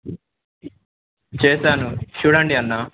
చేశాను చూడండి అన్న